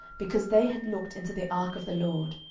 because they had looked into the ark of the lord,